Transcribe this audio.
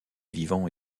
vivants